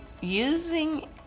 using